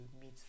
meet